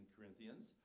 Corinthians